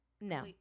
no